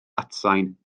atsain